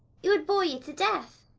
he would bore you to death.